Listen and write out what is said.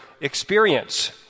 experience